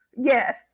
Yes